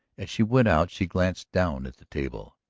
as she went out she glanced down at the table.